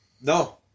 No